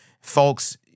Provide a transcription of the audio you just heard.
Folks